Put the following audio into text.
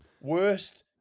worst